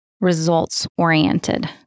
results-oriented